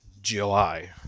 July